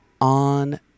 on